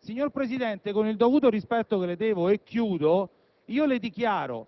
Signor Presidente, con il dovuto rispetto che le devo, dichiaro